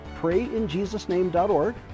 PrayInJesusName.org